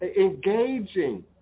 engaging